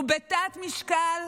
הוא בתת-משקל